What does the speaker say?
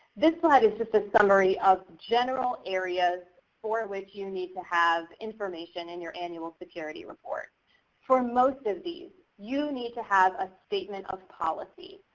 this slide is just a summary of general areas for which you need to have information in your annual security report. for most of these you need to have a statement of policy.